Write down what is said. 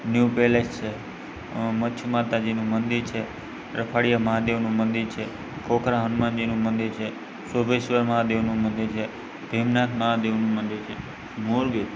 new palace છે મચ્છું માતાજીનું મંદિર છે રખવાડિયા મહાદેવનું મંદિર છે ખોખરા હનુમાનજીનું મંદિર છે શોભેશ્વર મહાદેવનું મંદિર છે ભીમનાથ મહાદેવનું મંદિર છે મોરબી